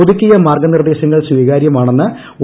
പുതുക്കിയ മാർഗ്ഗനിർദ്ദേശങ്ങൾ സ്വീകാര്യമാണെന്ന് ഒ